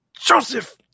Joseph